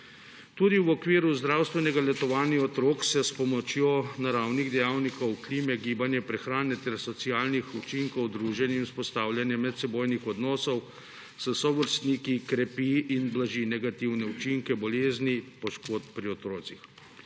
Tudi v okviru zdravstvenega letovanja otrok se s pomočjo naravnih dejavnikov, klime, gibanja, prehrane ter socialnih učinkov druženja in vzpostavljanja medsebojnih odnosov s sovrstniki krepi in blaži negativne učinke bolezni, poškodb pri otrocih.